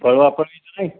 पळवापळवी तर नाही